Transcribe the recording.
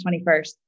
21st